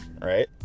right